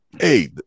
hey